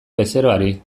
bezeroari